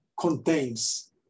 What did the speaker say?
contains